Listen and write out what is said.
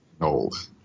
old